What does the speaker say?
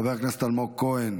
חבר הכנסת אלמוג כהן,